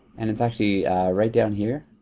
and it's actually right down here,